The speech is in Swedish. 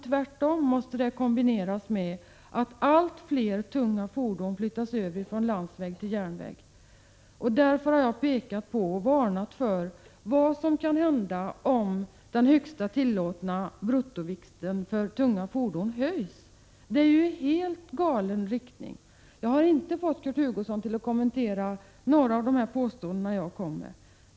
Tvärtom måste det kombineras med att allt fler tunga fordon flyttas över från landsväg till järnväg. Därför har jag pekat på och varnat för vad som kan hända om den högsta tillåtna bruttovikten för tunga fordon höjs. Det är i helt galen riktning! Jag har inte fått Kurt Hugosson att kommentera några av de påståenden jag kom med.